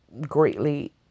greatly